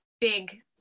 big